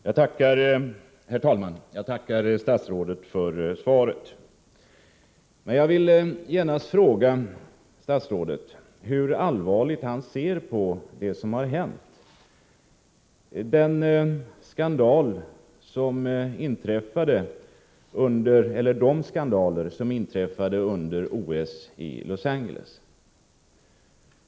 Herr talman! Jag tackar statsrådet för svaret. Jag vill genast fråga statsrådet hur allvarligt han ser på de skandaler som inträffade under OS i Los Angeles.